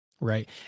right